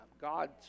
God